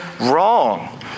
wrong